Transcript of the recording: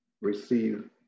receive